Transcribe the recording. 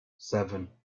seven